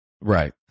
Right